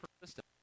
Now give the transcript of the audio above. persistent